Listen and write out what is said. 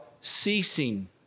ceasing